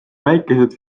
väikesed